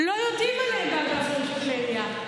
לא יודעים עליהם באגף לרישוי כלי ירייה.